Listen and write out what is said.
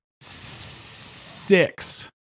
Six